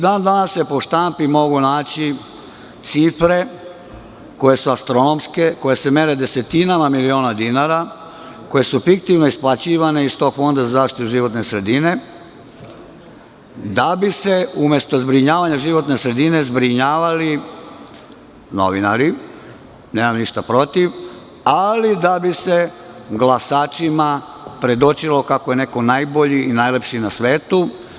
Dan-danas se po štampi mogu naći cifre koje su astronomske, koje se mere desetinama miliona dinara, koje su fiktivno isplaćivane iz tog Fonda za zaštitu životne sredine, da bi se, umesto zbrinjavanja životne sredine, zbrinjavali novinari, nemam ništa protiv, ali da bi se glasačima predočilo kako je neko najbolji i najlepši na svetu.